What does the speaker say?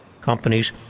companies